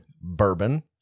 Bourbon